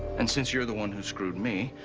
and since you're the one who screwed me,